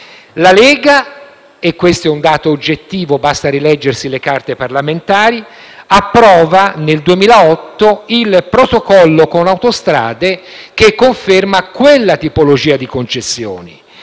La Lega - questo è un dato oggettivo, basta rileggersi le carte parlamentari - approva nel 2008 il protocollo con Autostrade, che conferma quella tipologia di concessioni.